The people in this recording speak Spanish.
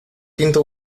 tinta